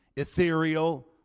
ethereal